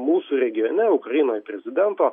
mūsų regione ukrainoj prezidento